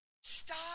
stop